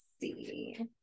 see